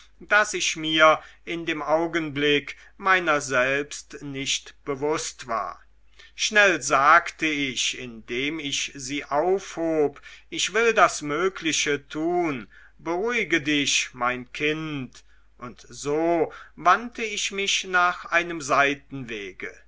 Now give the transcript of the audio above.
daß ich mir in dem augenblick meiner selbst nicht bewußt war schnell sagte ich indem ich sie aufhob ich will das mögliche tun beruhige dich mein kind und so wandte ich mich nach einem seitenwege